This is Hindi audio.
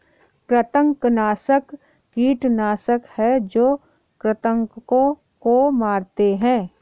कृंतकनाशक कीटनाशक हैं जो कृन्तकों को मारते हैं